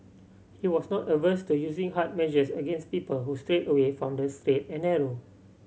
he was not averse to using harder measures against people who strayed away from the straight and narrow